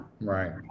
Right